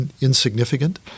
insignificant